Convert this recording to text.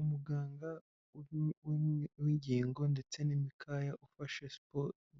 Umuganga w'ingingo ndetse n'imikaya ufashe